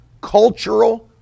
cultural